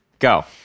go